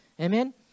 Amen